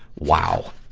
wow!